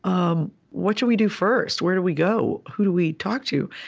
um what should we do first? where do we go? who do we talk to?